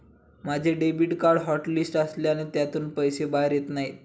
माझे debit card hotlist असल्याने त्यातून पैसे बाहेर येत नाही